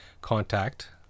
Contact